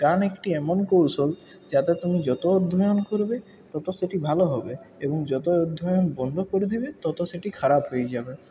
গান একটি এমন কৌশল যাতে তুমি যত অধ্যয়ন করবে তত সেটি ভালো হবে এবং যত অধ্যয়ন বন্ধ করে দেবে তত সেটি খারাপ হয়ে যাবে